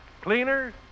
Cleaner